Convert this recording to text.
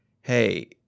hey